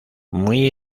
muy